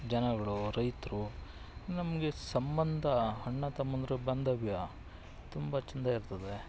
ಜನಗಳು ರೈತರು ನಮಗೆ ಸಂಬಂಧ ಅಣ್ಣ ತಮ್ಮಂದಿರು ಬಾಂಧವ್ಯ ತುಂಬ ಚೆಂದ ಇರ್ತದೆ